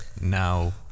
now